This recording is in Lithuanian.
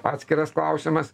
atskiras klausimas